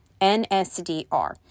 NSDR